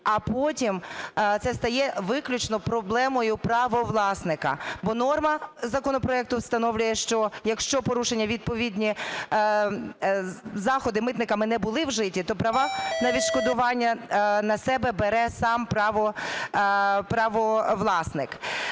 а потім це стає виключно проблемою правовласника. Бо норма законопроекту встановлює, що якщо порушення… відповідні заходи митниками не були вжиті, то права на відшкодування на себе бере сам правовласник.